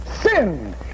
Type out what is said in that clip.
sin